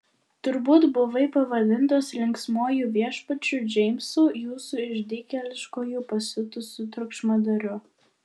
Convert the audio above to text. turbūt buvai pavadintas linksmuoju viešpačiu džeimsu jūsų išdykėliškuoju pasiutusiu triukšmadariu